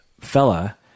fella